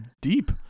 deep